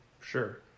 Sure